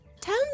tell